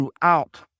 throughout